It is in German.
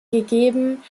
gegeben